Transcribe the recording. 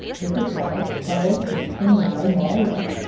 this is why all tradesmen lie more or less,